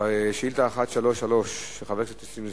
שאילתא 1333 של חבר הכנסת נסים זאב,